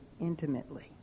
intimately